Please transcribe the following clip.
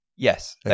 Yes